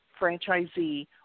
franchisee